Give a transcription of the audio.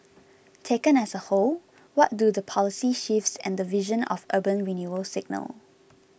taken as a whole what do the policy shifts and the vision of urban renewal signal